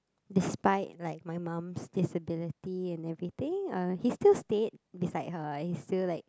despite like my moms disability and everything uh he still stayed beside her and he still like